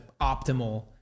optimal